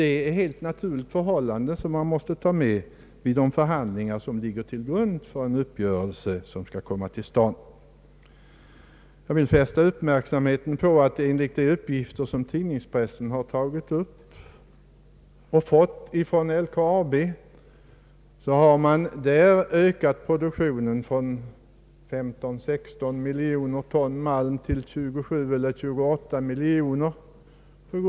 Det är helt naturligt förhållanden som man måste beakta vid de förhandlingar som ligger till grund för en uppgörelse. Jag vill fästa uppmärksamheten på att enligt uppgifter i tidningspressen — uppgifter som man fått från LKAB — har man inom LKAB genom rationaliseringar ökat produktionen från 15 å 16 miljoner ton malm till 27 å 28 miljoner.